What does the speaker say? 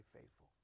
faithful